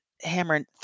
hammering